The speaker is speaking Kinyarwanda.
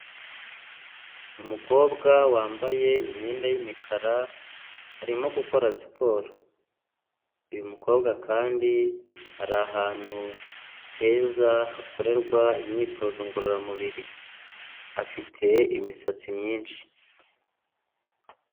Umukobwa wambaye imyenda y'imikara, arimo gukora siporo. Uyu mukobwa kandi ari ahantu heza hakorerwa imyitozo ngororamubiri. Afite imisatsi myinshi.